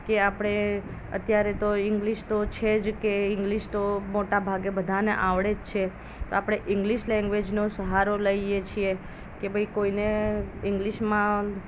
કે આપણે અત્યારે ઇંગ્લિશ તો છે જ કે ઇંગ્લિશ તો મોટાભાગે બધાને આવડે જ છે તો આપણે ઇંગ્લિશ લેંગ્વેજનો સહારો લઈએ છીએ કે ભાઈ કોઈને ઈંગ્લીશમાં